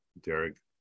Derek